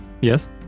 Yes